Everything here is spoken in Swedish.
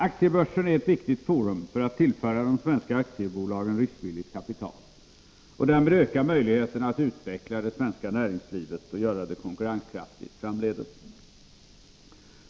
Aktiebörsen är ett viktigt forum för att tillföra de svenska aktiebolagen riskvilligt kapital och därmed öka möjligheterna att utveckla det svenska näringslivet och göra det konkurrenskraftigt framdeles.